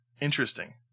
interesting